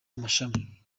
amashami